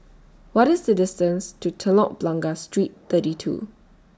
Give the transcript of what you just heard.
What IS The distance to Telok Blangah Street thirty two